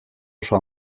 oso